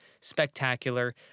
spectacular